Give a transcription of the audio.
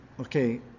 okay